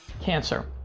cancer